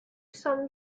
some